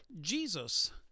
Jesus